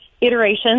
iterations